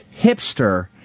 hipster